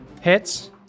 Hits